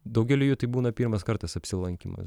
daugeliui tai būna pirmas kartas apsilankymas